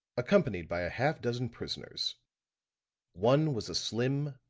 accompanied by a half dozen prisoners one was a slim,